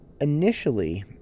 initially